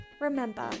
Remember